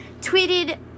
tweeted